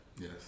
Yes